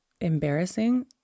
embarrassing